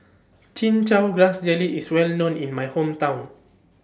Chin Chow Grass Jelly IS Well known in My Hometown